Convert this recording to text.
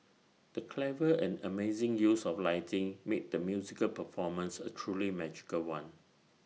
the clever and amazing use of lighting made the musical performance A truly magical one